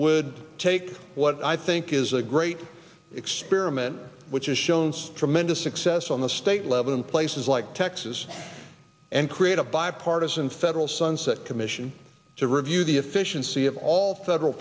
would take what i think is a great experiment which has shown us tremendous success on the state level in places like texas and create a bipartisan federal sunset commission to review the efficiency of all federal